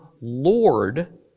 Lord